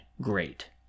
great